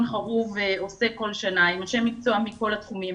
חרוב עושה כל שנה עם אנשי מקצוע מכל התחומים,